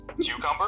Cucumber